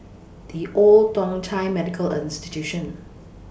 The Old Thong Chai Medical A Institution